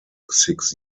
six